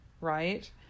right